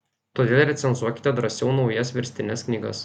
todėl recenzuokite drąsiau naujas verstines knygas